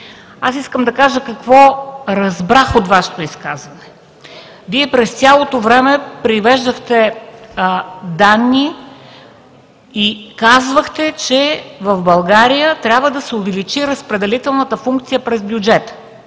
Искам да кажа какво разбрах от Вашето изказване. През цялото време Вие привеждахте данни и казвахте, че в България трябва да се увеличи разпределителната функция през бюджета,